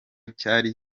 cyari